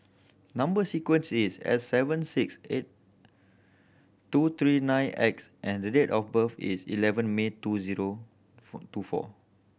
number sequence is S seven six eight two three nine X and the date of birth is eleven May two zero four two four